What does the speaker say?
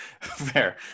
Fair